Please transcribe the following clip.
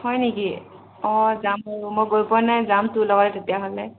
হয় নেকি অঁ যাম মই গৈ পোৱা নাই যাম তোৰ লগত তেতিয়াহ'লে